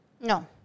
No